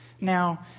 now